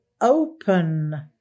open